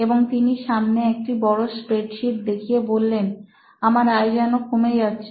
এবং তিনি সামনে একটা বড় স্প্রেডশিট দেখিয়ে বললেন আমার আয় যেন কমে যাচ্ছে